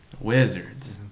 Wizards